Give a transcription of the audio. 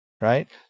right